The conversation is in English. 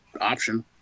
option